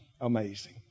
amazing